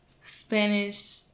Spanish